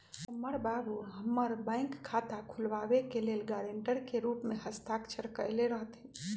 हमर बाबू हमर बैंक खता खुलाबे के लेल गरांटर के रूप में हस्ताक्षर कयले रहथिन